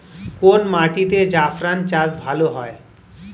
কোন মাটিতে জাফরান চাষ ভালো হয়?